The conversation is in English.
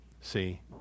See